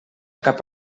cap